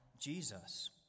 Jesus